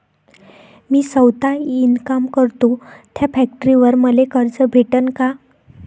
मी सौता इनकाम करतो थ्या फॅक्टरीवर मले कर्ज भेटन का?